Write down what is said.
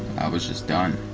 was just done.